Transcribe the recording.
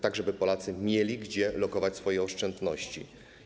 Tak żeby Polacy mieli gdzie lokować swoje oszczędności.